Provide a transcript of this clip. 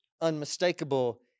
unmistakable